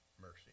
mercy